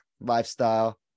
lifestyle